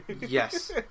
Yes